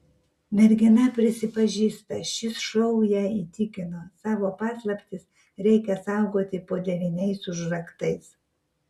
mergina prisipažįsta šis šou ją įtikino savo paslaptis reikia saugoti po devyniais užraktais